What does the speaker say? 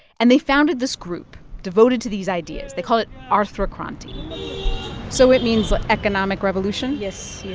and they founded this group devoted to these ideas. they call it arthakranti so it means economic revolution? yes, yes